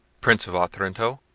prince of otranto,